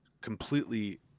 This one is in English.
completely